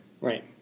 Right